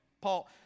Paul